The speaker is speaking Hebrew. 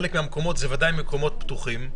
חלק מהמקומות הם בוודאי מקומות פתוחים,